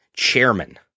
Chairman